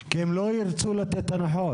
כי הם לא ירצו לתת הנחות.